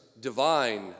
divine